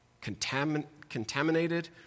contaminated